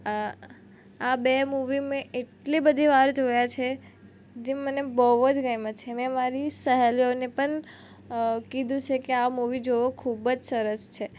આ બે મૂવી મેં એટલી બધી વાર જોયાં છે જે મને બહુ જ ગામ્યાં છે ને મારી સહેલીઓને પણે કીધું છે કે આ મૂવી જુઓ ખૂબ જ સરસ છે